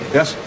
Yes